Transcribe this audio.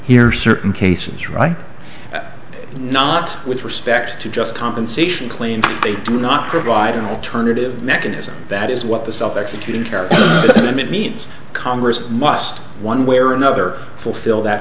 hear certain cases right not with respect to just compensation claims they do not provide an alternative mechanism that is what the self executing carry him it means congress must one way or another fulfill that